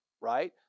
right